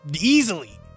Easily